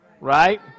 right